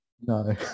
no